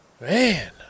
man